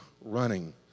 running